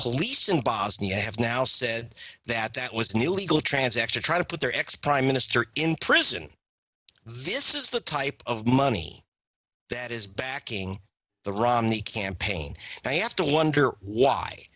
police in bosnia have now said that that was new legal transaction trying to put their ex prime minister in prison this is the type of money that is backing the romney campaign and i have to wonder why